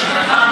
לשיטתך,